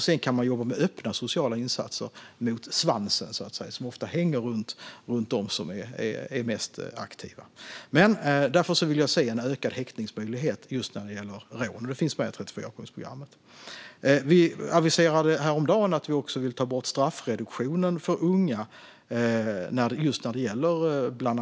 Sedan går det att jobba med öppna sociala insatser mot "svansen", som ofta hänger runt de mest aktiva. Därför vill jag se en ökad häktningsmöjlighet när det gäller rån, och det finns med i 34-punktsprogrammet. Vi aviserade häromdagen att vi också vill ta bort straffreduktionen för unga bland annat för rån.